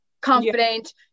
Confident